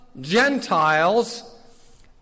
Gentiles